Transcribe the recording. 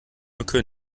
mücke